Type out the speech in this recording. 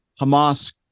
Hamas